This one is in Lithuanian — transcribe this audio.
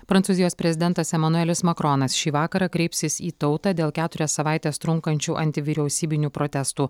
prancūzijos prezidentas emanuelis makronas šį vakarą kreipsis į tautą dėl keturias savaites trunkančių antivyriausybinių protestų